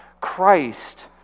Christ